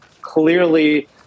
Clearly